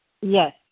Yes